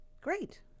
Great